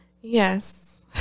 Yes